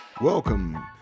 Welcome